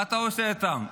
מה אתה עושה איתם?